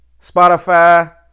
Spotify